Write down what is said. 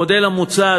המודל המוצע,